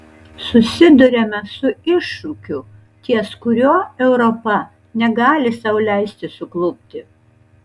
susiduriame su iššūkiu ties kuriuo europa negali sau leisti suklupti